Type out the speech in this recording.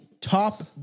Top